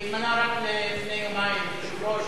כשהתמנה רק לפני יומיים יושב-ראש